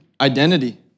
identity